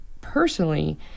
personally